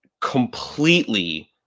completely